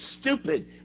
stupid